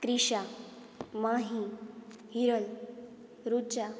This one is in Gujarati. ત્રિષા માહી હિરલ રુચા